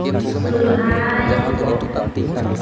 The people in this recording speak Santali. ᱥᱚᱦᱨᱟᱭ